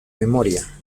memoria